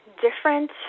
different